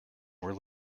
were